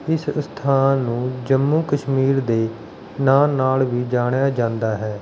ਇਸ ਅਸਥਾਨ ਨੂੰ ਜੰਮੂ ਕਸ਼ਮੀਰ ਦੇ ਨਾਂ ਨਾਲ਼ ਵੀ ਜਾਣਿਆ ਜਾਂਦਾ ਹੈ